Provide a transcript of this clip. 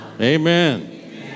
Amen